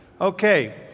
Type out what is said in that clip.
Okay